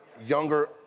younger